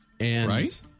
Right